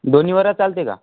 दोन्हीवर चालते का